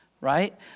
right